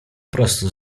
prostu